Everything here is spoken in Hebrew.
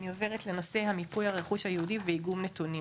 אני עוברת לנושא המיפוי הרכוש היהודי ואיגום נתונים.